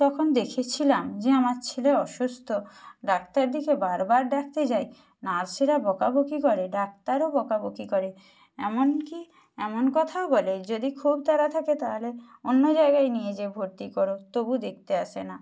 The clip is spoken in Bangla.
তখন দেখেছিলাম যে আমার ছেলে অসুস্থ ডাক্তারদেরকে বারবার ডাকতে যাই নার্সেরা বকাবকি করে ডাক্তারও বকাবকি করে এমনকি এমন কথাও বলে যদি খুব তাড়া থাকে তাহলে অন্য জায়গায় নিয়ে যেয়ে ভর্তি কর তবু দেখতে আসে না